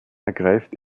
ergreift